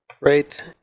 right